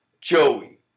Joey